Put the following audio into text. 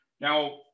Now